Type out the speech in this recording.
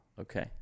okay